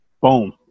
Boom